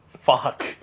Fuck